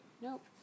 Nope